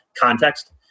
context